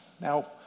Now